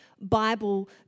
bible